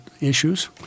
issues